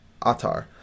atar